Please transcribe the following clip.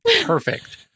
perfect